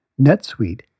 NetSuite